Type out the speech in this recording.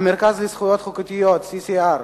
המרכז לזכויות חוקתיות, CCR,